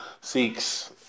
seeks